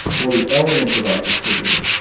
all the elements of objectivity,